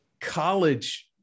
college